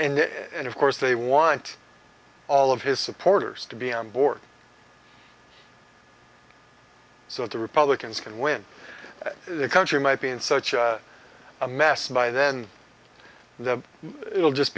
and of course they want all of his supporters to be onboard so that the republicans can win the country might be in such a mess by then that it'll just